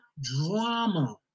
drama